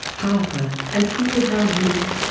harper and cool hand luke,